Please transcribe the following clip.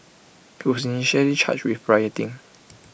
he was initially charge with rioting